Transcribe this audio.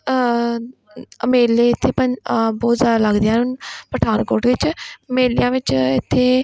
ਅ ਮੇਲੇ ਇੱਥੇ ਪਨ ਬਹੁਤ ਜ਼ਿਆਦਾ ਲੱਗਦੇ ਹਨ ਪਠਾਨਕੋਟ ਵਿੱਚ ਮੇਲਿਆਂ ਵਿੱਚ ਇੱਥੇ